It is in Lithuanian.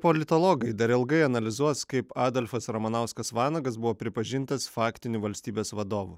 politologai dar ilgai analizuos kaip adolfas ramanauskas vanagas buvo pripažintas faktiniu valstybės vadovu